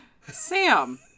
Sam